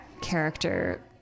character